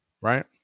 right